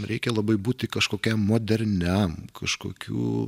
reikia labai būti kažkokiam moderniam kažkokių